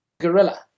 gorilla